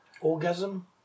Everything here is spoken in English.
Orgasm